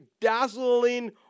dazzling